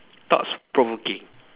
thoughts provoking